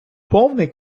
повний